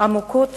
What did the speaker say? המוכות